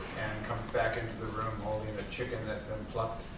comes back into the room holding a chicken that's been plucked,